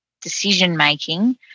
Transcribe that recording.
decision-making